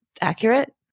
accurate